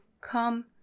come